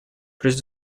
plus